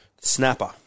snapper